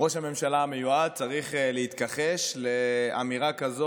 ראש הממשלה המיועד צריך להתכחש לאמירה כזאת